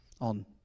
on